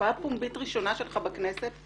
להופעה פומבית ראשונה שלך בכנסת.